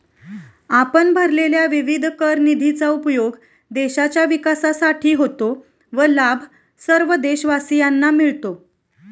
आपण भरलेल्या विविध कर निधीचा उपयोग देशाच्या विकासासाठी होतो व लाभ सर्व देशवासियांना मिळतो